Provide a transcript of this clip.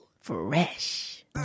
Fresh